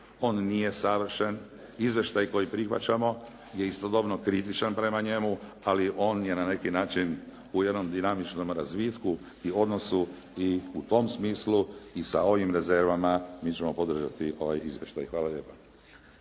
on nije savršen. Izvještaj koji prihvaćamo je istodobno kritičan prema njemu, ali on je na neki način u jednom dinamičnom razvitku i odnosu i u tom smislu i sa ovim rezervama mi ćemo podržati ovaj izvještaj. Hvala lijepa.